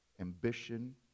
ambition